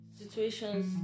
situations